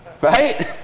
Right